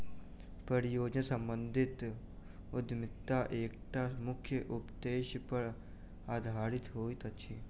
परियोजना सम्बंधित उद्यमिता एकटा मुख्य उदेश्य पर आधारित होइत अछि